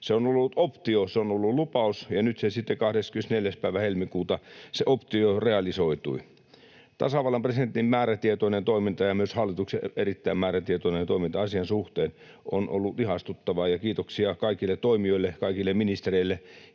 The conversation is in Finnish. Se on ollut optio, se on ollut lupaus, ja nyt se optio sitten 24. päivä helmikuuta realisoitui. Tasavallan presidentin määrätietoinen toiminta ja myös hallituksen erittäin määrätietoinen toiminta asian suhteen on ollut ihastuttavaa, ja kiitoksia kaikille toimijoille — kaikille ministereille